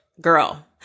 girl